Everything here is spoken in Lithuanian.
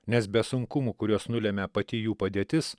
nes be sunkumų kuriuos nulemia pati jų padėtis